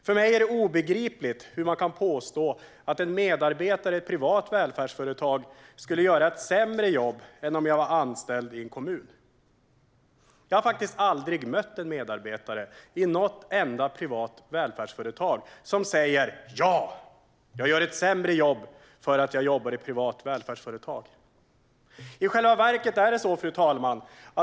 För mig är det obegripligt att någon kan påstå att en medarbetare i ett privat välfärdsföretag skulle göra ett sämre jobb än om man var anställd i en kommun. Jag har faktiskt aldrig mött någon medarbetare i något enda privat välfärdsföretag som säger: Jag gör ett sämre jobb för att jag jobbar i ett privat välfärdsföretag. Fru talman!